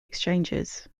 exchanges